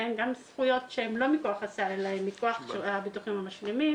גם זכויות שהן לא מכוח הסל אלא הן מכוח הביטוחים המשלימים